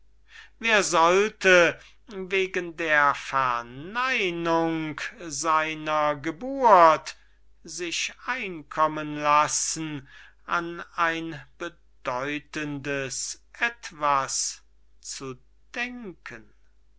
wer sollte wegen der verneinung seiner geburt sich einkommen lassen an ein bedeutendes etwas zu denken